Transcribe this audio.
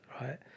right